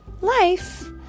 Life